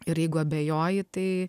ir jeigu abejoji tai